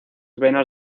venas